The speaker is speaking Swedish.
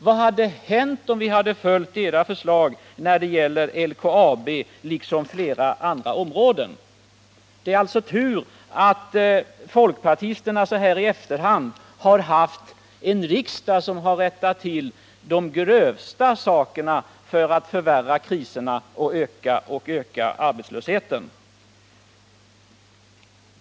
Vad hade hänt om vi hade följt era förslag när det gäller LKAB eller i fråga om åtgärder inom flera andra områden? Det är alltså tur att folkpartisterna så här i efterhand har haft en riksdag som rättat till de grövsta misstagen, som hotat att förvärra kriserna och öka arbetslösheten.